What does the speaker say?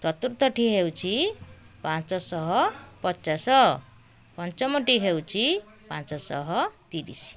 ଚତୁର୍ଥଟି ହେଉଛି ପାଞ୍ଚଶହ ପଚାଶ ପଞ୍ଚମଟି ହେଉଛି ପାଞ୍ଚଶହ ତିରିଶ